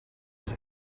was